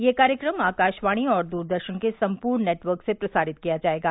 यह कार्यक्रम आकाशवाणी और दूरदर्शन के सम्पूर्ण नेटवर्क से प्रसारित किया जायेगा